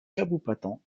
kabupaten